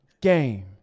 game